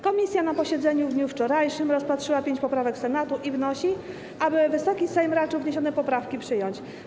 Komisja na posiedzeniu w dniu wczorajszym rozpatrzyła pięć poprawek Senatu i wnosi, aby Wysoki Sejm raczył wniesione poprawki przyjąć.